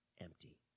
empty